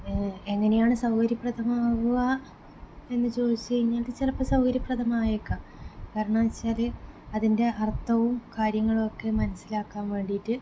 എങ്ങനെയാണ് സൗകര്യപ്രദമാവുക എന്ന് ചോദിച്ച് കഴിഞ്ഞാൽ ചിലപ്പോൾ സൗകര്യപ്രദമായേക്കാം കാരണമെന്ന് വെച്ചാല് അതിൻ്റെ അർത്ഥവും കാര്യങ്ങളൊക്കെ മനസ്സിലാക്കാൻ വേണ്ടിയിട്ട്